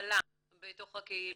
ההשכלה בתוך הקהילה,